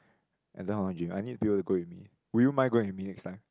I don't know how to gym I need people to go with me would you mind going with me next time